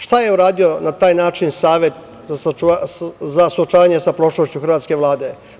Šta je uradio na taj način Savet za suočavanje sa prošlošću hrvatske Vlade?